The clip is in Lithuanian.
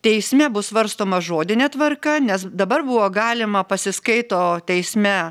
teisme bus svarstoma žodine tvarka nes dabar buvo galima pasiskaito teisme